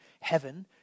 heaven